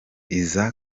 iza